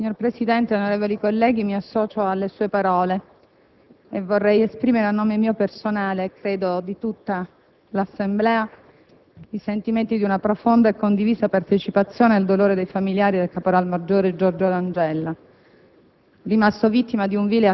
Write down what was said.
Signor Presidente, mi associo alle sue parole. Vorrei esprimere a nome mio personale, e credo di tutta l'Assemblea, i sentimenti di una profonda e condivisa partecipazione al dolore dei familiari del caporal maggiore Giorgio Langella,